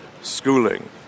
schooling